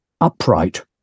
upright